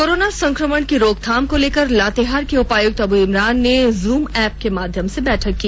corona संक्रमण के रोकथाम को लेकर लातेहार के उपायुक्त अबु इमरान ने जूम एप्प के माध्यम से बैठक की